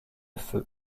feu